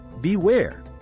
Beware